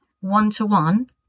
one-to-one